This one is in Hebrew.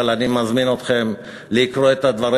אבל אני מזמין אתכם לקרוא את הדברים